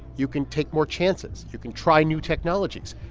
you can take more chances. you can try new technologies.